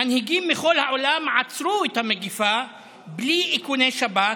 מנהיגים מכל העולם עצרו את המגפה בלי איכוני שב"כ,